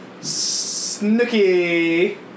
Snooky